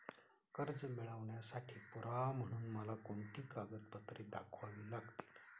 कर्ज मिळवण्यासाठी पुरावा म्हणून मला कोणती कागदपत्रे दाखवावी लागतील?